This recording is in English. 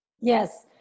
Yes